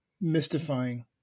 mystifying